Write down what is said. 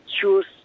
choose